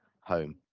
home